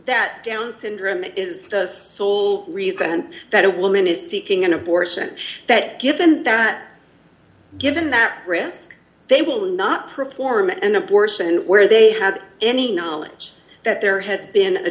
that down syndrome is sole reason and that a woman is seeking an abortion that given that given that risk they will not perform an abortion where they have any knowledge that there has been a